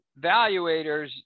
valuators